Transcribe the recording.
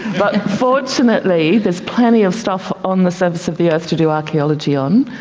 but fortunately there's plenty of stuff on the surface of the earth to do archaeology on,